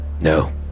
No